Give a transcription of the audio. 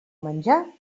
menjar